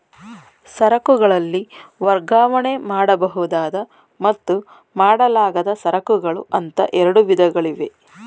ಸರಕುಗಳಲ್ಲಿ ವರ್ಗಾವಣೆ ಮಾಡಬಹುದಾದ ಮತ್ತು ಮಾಡಲಾಗದ ಸರಕುಗಳು ಅಂತ ಎರಡು ವಿಧಗಳಿವೆ